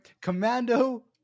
Commando